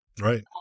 right